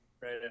right